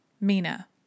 Mina